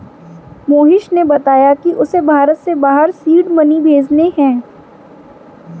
मोहिश ने बताया कि उसे भारत से बाहर सीड मनी भेजने हैं